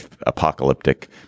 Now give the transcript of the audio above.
apocalyptic